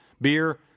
beer